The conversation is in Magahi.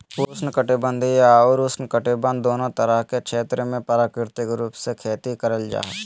उष्ण कटिबंधीय अउर उपोष्णकटिबंध दोनो तरह के क्षेत्र मे प्राकृतिक रूप से खेती करल जा हई